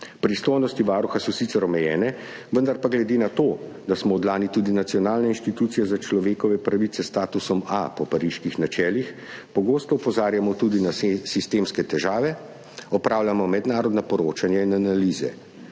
Pristojnosti Varuha so sicer omejene, vendar pa glede na to, da smo od lani tudi nacionalna inštitucija za človekove pravice s statusom A po Pariških načelih, pogosto opozarjamo tudi na sistemske težave, opravljamo mednarodna poročanja in analize.